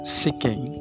seeking